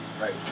Right